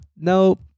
nope